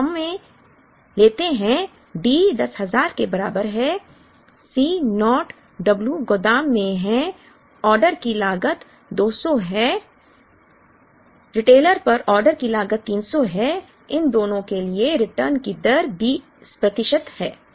तो हमें लेते हैं D 10000 के बराबर है C naught w गोदाम में है ऑर्डर की लागत 200 है रिटेलर पर ऑर्डर की लागत 300 है इन दोनों के लिए रिटर्न की दर 20 प्रतिशत है